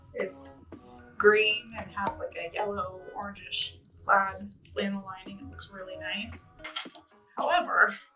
it's green and has like a yellow orange-ish plaid flannel lining it looks really nice however